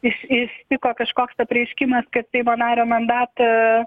iš ištiko kažkoks apreiškimas kad seimo nario mandatą